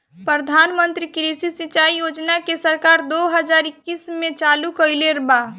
प्रधानमंत्री कृषि सिंचाई योजना के सरकार दो हज़ार इक्कीस में चालु कईले बा